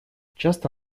часто